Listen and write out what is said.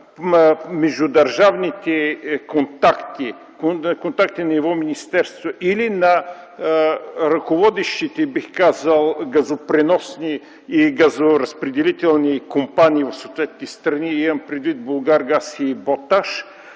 междудържавните контакти на ниво министерства или на ръководещите газопреносните и газоразпределителни компании за съответните страни, имам предвид „Булгаргаз” и „Боташ”,